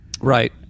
Right